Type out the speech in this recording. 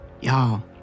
Y'all